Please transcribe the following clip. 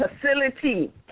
facility